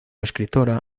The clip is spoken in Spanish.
escritora